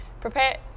prepare